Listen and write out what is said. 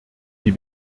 die